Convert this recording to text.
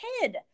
kid